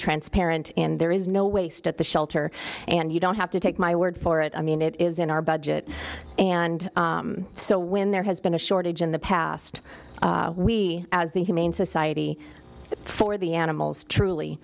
transparent in there is no waste at the shelter and you don't have to take my word for it i mean it is in our budget and so when there has been a shortage in the past we as the humane society for the animals truly